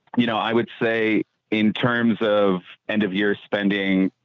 you know, i would say in terms of end of year spending.